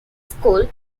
school